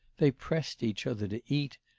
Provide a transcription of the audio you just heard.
they pressed each other to eat,